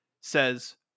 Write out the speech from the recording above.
says